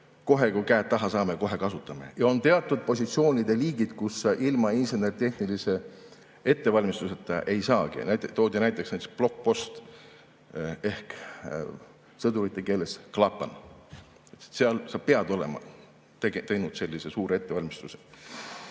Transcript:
"Kohe, kui käed taha saame, kohe kasutame." On teatud positsioonide liigid, kus ilma insener-tehnilise ettevalmistuseta ei saagi. Toodi näiteksblockpostehk sõdurite keelesklapan. Seal sa pead olema teinud sellise suure ettevalmistuse.